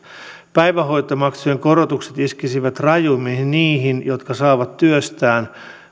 päivähoitomaksujen korotukset iskisivät rajuimmin niihin jotka saavat työstään